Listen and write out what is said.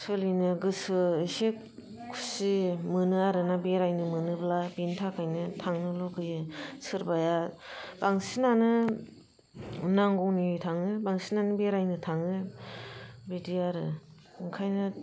सोलिनो गोसो एसे खुसि मोनो आरोना बेरायनो मोनोब्ला बेनि थाखायनो थांनो लुबैयो सोरबाया बांसिनानो नांगौनि थाङो बांसिनानो बेरायनो थाङो बिदि आरो ओंखायनो